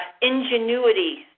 ingenuity